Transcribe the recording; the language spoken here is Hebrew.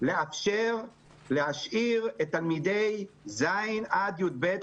לאפשר להשאיר את תלמידי ז' עד י"ב,